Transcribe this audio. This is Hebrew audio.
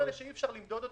כל אלה שאי אפשר למדוד אותם,